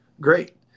great